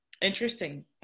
interesting